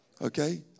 okay